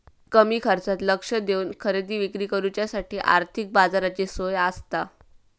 कमी खर्चात लक्ष देवन खरेदी विक्री करुच्यासाठी आर्थिक बाजाराची सोय आसता